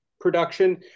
production